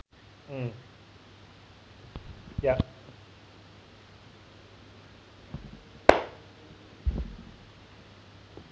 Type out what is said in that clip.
mm ya